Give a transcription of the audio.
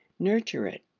nurture it.